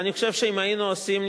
אני חושב שאם היינו עושים ניסיון,